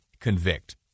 convict